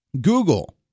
Google